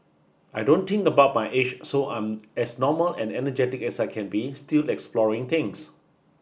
I don't think about my age so I'm as normal and energetic as I can be still exploring things